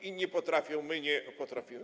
Inni potrafią, my nie potrafimy.